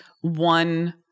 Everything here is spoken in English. one